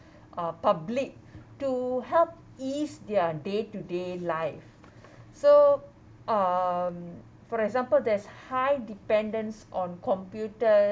uh public to help ease their day to day life so um for example there's high dependence on computer